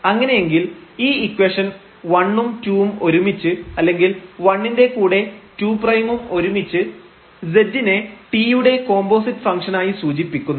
അങ്ങനെയെങ്കിൽ ഈ ഇക്വേഷൻ 1 ഉം 2 ഉം ഒരുമിച്ച് അല്ലെങ്കിൽ 1 ൻറെ കൂടെ 2 പ്രൈമും ഒരുമിച്ച് z നെ t യുടെ കോമ്പോസിറ്റ് ഫംഗ്ഷനായി സൂചിപ്പിക്കുന്നു